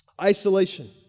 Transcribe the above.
Isolation